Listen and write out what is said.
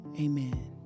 amen